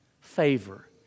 Favor